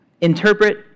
interpret